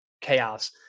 chaos